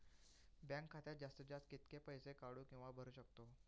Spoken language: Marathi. बँक खात्यात जास्तीत जास्त कितके पैसे काढू किव्हा भरू शकतो?